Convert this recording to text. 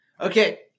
Okay